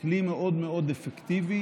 כלי מאוד מאוד אפקטיבי.